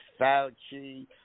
Fauci